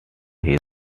his